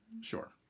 Sure